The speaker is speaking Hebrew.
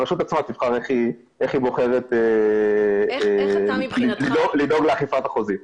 הרשות עצמה תבחר איך היא בוחרת לדאוג לאכיפת החוזים.